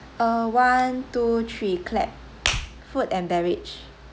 uh one two three clap food and beverage